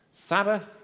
Sabbath